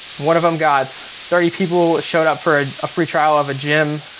one of them got thirty people, showed up for a free trial of a gym.